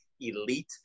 elite